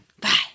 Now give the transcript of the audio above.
Bye